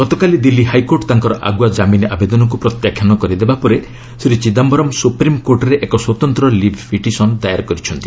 ଗତକାଲି ଦିଲ୍ଲୀ ହାଇକୋର୍ଟ ତାଙ୍କର ଆଗୁଆ କାମିନ୍ ଆବେଦନକୁ ପ୍ରତ୍ୟାଖ୍ୟାନ କରିଦେବା ପରେ ଶ୍ରୀ ଚିଦାୟରମ୍ ସୁପ୍ରିମ୍କୋର୍ଟରେ ଏକ ସ୍ୱତନ୍ତ୍ର ଲିଭ୍ ପିଟିସନ୍ ଦାଏର୍ କରିଛନ୍ତି